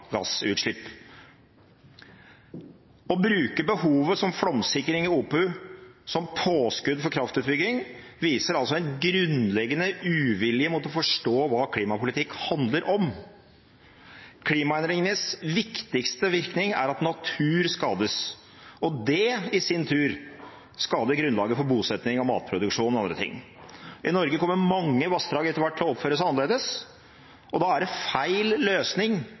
Å bruke behovet for flomsikring i Opovassdraget som påskudd for kraftutbygging viser en grunnleggende uvilje mot å forstå hva klimapolitikk handler om. Klimaendringenes viktigste virkning er at natur skades, og det skader i sin tur grunnlaget for bosetning og matproduksjon og andre ting. I Norge kommer mange vassdrag etter hvert til å oppføre seg annerledes, og da er det feil løsning